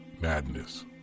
madness